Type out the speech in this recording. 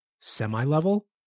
semi-level